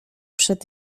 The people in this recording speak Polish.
przed